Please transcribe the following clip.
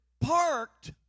parked